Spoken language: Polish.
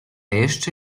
jeszcze